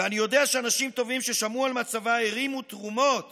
ואני יודע שאנשים טובים ששמעו על מצבה הרימו תרומות